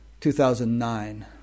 2009